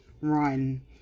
run